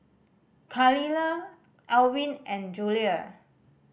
Khalilah Alwin and Julia